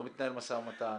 לא מתנהל משא ומתן?